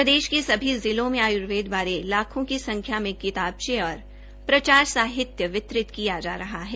प्रदेश के सभी जिलों में आयुर्वेद बारे लाखों की संख्या में किताबे और प्रचार साहित्य वितरित किया जा रहा है